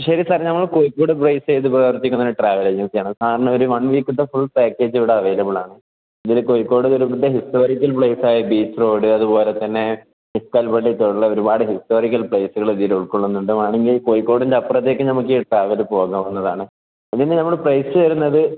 ശരി സാർ നമ്മുടെ കോഴിക്കോട് ബേസ് ചെയ്ത് പ്രവർത്തിക്കുന്ന ഒരു ട്രാവൽ ഏജൻസിയാണ് സാറിന് ഒരു വൺ വീക്കിലത്തെ ഫുൾ പാക്കേജ് ഇവിടെ അവൈലബിളാണ് ഇതിൽ കോഴിക്കോട് വരുമ്പത്തേക്കും ഹിസ്റ്റോറിക്കൽ പ്ലേസ് ആയ ബീച്ച് റോഡ് അതുപോലെ തന്നെ മിഷ്കൽ പള്ളി തൊട്ടുള്ള ഒരുപാട് ഹിസ്റ്റോറിക്കൽ പ്ലേസുകൾ ഇതിൽ ഉൾക്കൊള്ളുന്നുണ്ട് വേണമെങ്കിൽ കോഴിക്കോടിൻ്റെ അപ്പുറത്തേക്ക് നമുക്ക് ഈ ട്രാവൽ പോകാവുന്നതാണ് ഇതിന് നമ്മൾ പ്രൈസ് വരുന്നത്